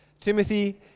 Timothy